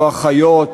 לא לאחיות,